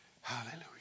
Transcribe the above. Hallelujah